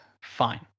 fine